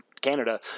Canada